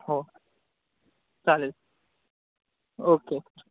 हो चालेल ओके